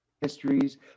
histories